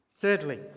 Thirdly